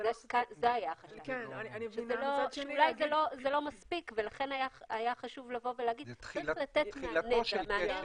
היה חשוב לומר שצריך לתת מענה.